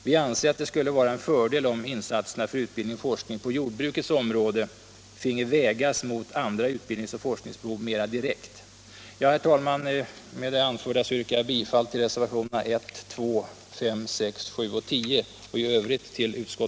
Vi anser att det skulle vara en fördel om insatserna för utbildning och forskning på jordbrukets område finge vägas mot andra utbildnings och forskningsbehov mer direkt.